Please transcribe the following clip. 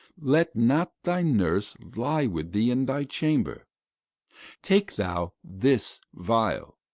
let not thy nurse lie with thee in thy chamber take thou this vial,